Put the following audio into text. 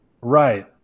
Right